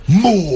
more